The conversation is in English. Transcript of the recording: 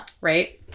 Right